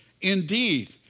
indeed